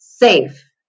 safe